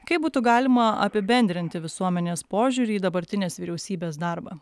kaip būtų galima apibendrinti visuomenės požiūrį į dabartinės vyriausybės darbą